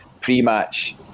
pre-match